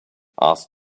ask